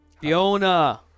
Fiona